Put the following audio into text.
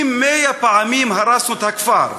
אם 100 פעמים הרסנו את הכפר,